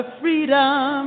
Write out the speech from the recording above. freedom